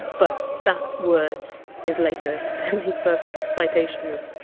but that word is later than the first citation of!